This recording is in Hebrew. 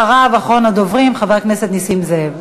אחריו, אחרון הדוברים, חבר הכנסת נסים זאב.